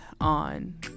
on